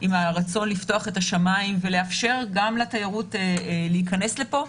עם הרצון לפתוח את השמיים ולאפשר גם לתיירות להיכנס לפה,